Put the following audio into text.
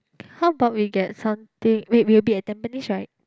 how about we get something wait we'll be at tampines right